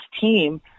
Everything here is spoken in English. team